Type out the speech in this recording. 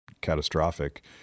catastrophic